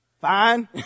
Fine